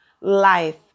life